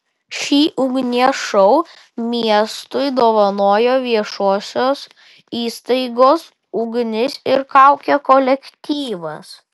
šį ugnies šou miestui dovanojo viešosios įstaigos ugnis ir kaukė kolektyvas